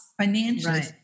financially